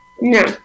No